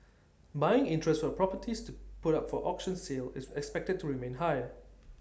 buying interest for properties put up for auction sale is expected to remain high